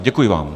Děkuji vám.